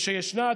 ושישנה,